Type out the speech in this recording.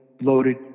loaded